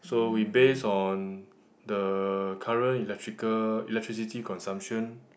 so we base on the current electrical electricity consumption